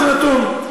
זה נתון.